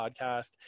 podcast